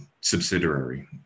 subsidiary